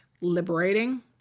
liberating